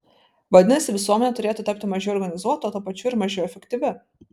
vadinasi visuomenė turėtų tapti mažiau organizuota o tuo pačiu ir mažiau efektyvi